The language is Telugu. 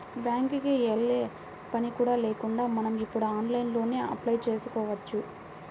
బ్యేంకుకి యెల్లే పని కూడా లేకుండా మనం ఇప్పుడు ఆన్లైన్లోనే అప్లై చేసుకోవచ్చు